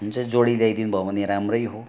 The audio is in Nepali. हुनु चाहिँ जोडी ल्याइदिनु भयो भने राम्रै हो